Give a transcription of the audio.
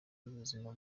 y’ubuzima